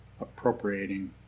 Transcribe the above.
appropriating